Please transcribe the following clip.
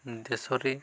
ଦେଶରେ